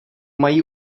mají